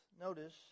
notice